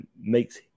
makes